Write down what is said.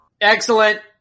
Excellent